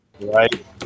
right